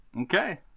okay